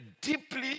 deeply